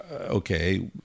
okay